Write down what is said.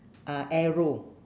uh arrow